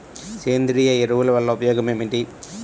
సేంద్రీయ ఎరువుల వల్ల ఉపయోగమేమిటీ?